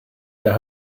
der